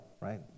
right